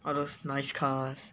all those nice cars